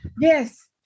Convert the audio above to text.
Yes